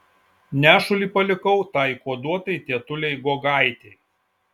nešulį palikau tai kuoduotai tetulei guogaitei